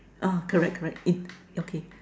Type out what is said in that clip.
ah correct correct eh okay